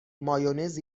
مایونز